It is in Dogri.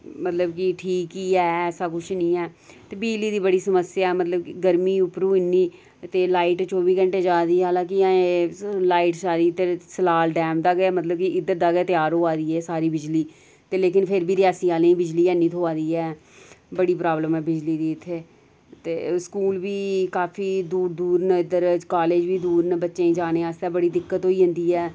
मतलब कि ठीक ही ऐ ऐसा कुछ निं ऐ ते बिजली दी बड़ी समस्या ऐ मतलब कि गर्मी उप्परों इन्नी ते लाईट चौबी घैंटे जा दी हालांकि अजें लाईट इद्धर सारी सलाल टैम दा गै इद्धर जदा गै त्यार होआ दी ऐ सारी बिजली ते लेकिन फिर बी रियासी आह्लें गी बिजली निं थ्होआ दी ऐ बड़ी प्राब्लम ऐ बिजली दी इत्थें ते स्कूल बी काफी दूर दूर न इद्धर कालेज बी दूर न बच्चें गी जाने आस्तै बड़ी दिक्कत होई जंदी ऐ